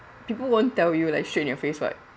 people won't tell you like straight in your face [what]